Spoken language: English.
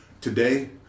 Today